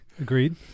Agreed